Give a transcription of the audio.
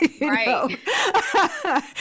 right